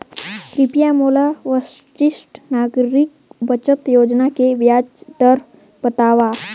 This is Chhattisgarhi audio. कृपया मोला वरिष्ठ नागरिक बचत योजना के ब्याज दर बतावव